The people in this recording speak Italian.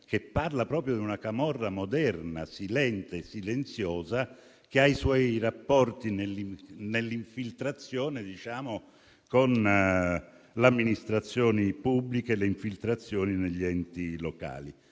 che parla proprio di una camorra moderna, silente e silenziosa, che ha i suoi rapporti con le amministrazioni pubbliche e infiltrazioni negli enti locali.